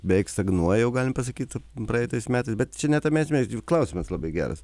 beveik stagnuoja jau galim pasakyt praeitais metais bet čia ne tame esmė čia klausimas labai geras